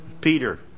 Peter